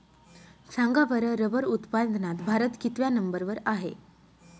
सांगा बरं रबर उत्पादनात भारत कितव्या नंबर वर आहे?